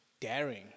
daring